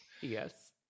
Yes